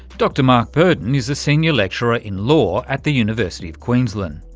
dr mark burdon is a senior lecturer in law at the university of queensland.